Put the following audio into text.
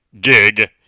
gig